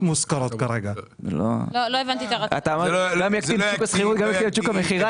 לא הבנתי את הרציונל.